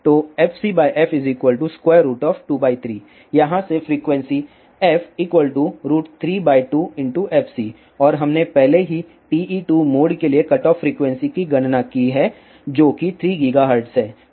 तो fcf23 यहाँ से फ़्रीक्वेंसी f 32fc और हमने पहले ही TE2 मोड के लिए कटऑफ फ़्रीक्वेंसी की गणना की है जो कि 3 GHz है